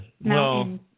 No